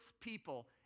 people